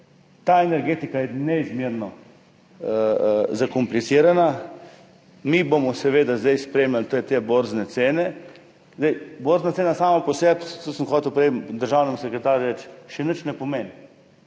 Ta energetika je neizmerno zakomplicirana. Mi bomo seveda zdaj spremljali te borzne cene. Borzna cena sama po sebi, to sem hotel prej reči državnemu sekretarju, še nič ne pomeni.